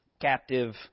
captive